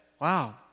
Wow